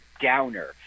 downer